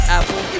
Apple